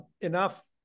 enough